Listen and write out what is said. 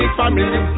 family